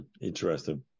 Interesting